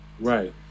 Right